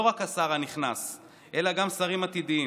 לא רק השר הנכנס אלא גם שרים עתידיים,